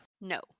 No